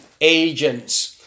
agents